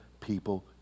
people